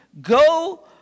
go